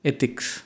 Ethics